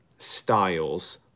styles